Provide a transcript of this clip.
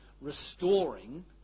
restoring